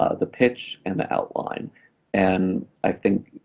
ah the pitch and the outline and i think